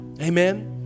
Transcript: Amen